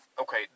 okay